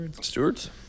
Stewards